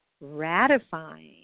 ratifying